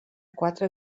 quatre